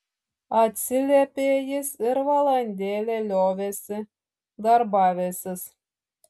atsiliepė jis ir valandėlę liovėsi darbavęsis